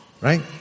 Right